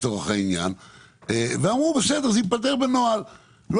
מכיוון שאמרו לנו שזה ייפתר בנוהל אז לא